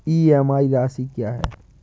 EMI राशि क्या है?